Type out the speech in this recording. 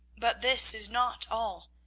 but this is not all.